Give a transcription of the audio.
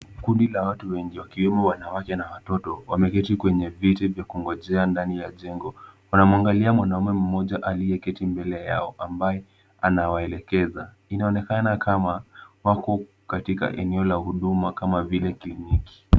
Kundi la watu wengi, wakiwemo wanawake na watoto wameketi kwenye viti vya kungojea ndani ya jengo, wanamuangalia mwanaume mmoja aliyeketi mbele yao ambaye anawaelekeza. Inaonekana kama wako katika eneo la huduma kama vile kliniki.